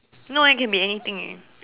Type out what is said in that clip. no it can be anything eh